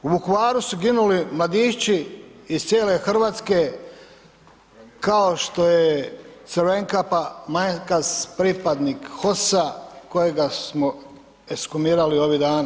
U Vukovaru su ginuli mladići iz cijele Hrvatske kao što je Crvenkapa Manjkasa pripadnik HOS-a kojega smo ekshumirali ovih dana.